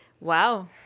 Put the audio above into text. wow